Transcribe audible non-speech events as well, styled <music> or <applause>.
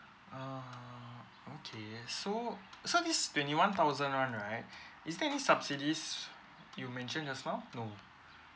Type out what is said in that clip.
err okay so so this twenty one thousand [one] right <breath> is there any subsidies you mentioned just now no